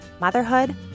motherhood